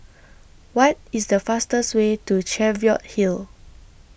What IS The fastest Way to Cheviot Hill